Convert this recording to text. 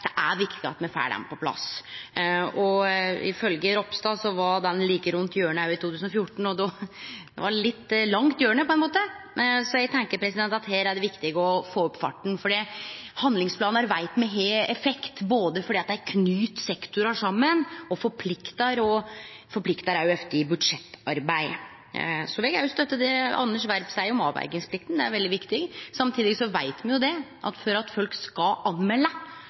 det er viktig at me får han på plass. Ifølgje Ropstad var planen like rundt hjørnet òg i 2014 – det var eit litt langt hjørne, på ein måte! Eg tenkjer at her er det viktig å få opp farten. Handlingsplanar veit me har effekt både fordi dei knyter sektorar saman, og fordi dei forpliktar, og dei forpliktar òg ofte i budsjettarbeidet. Så vil eg òg støtte det Anders B. Werp seier om avverjingsplikta – det er veldig viktig. Samtidig veit me at for at folk skal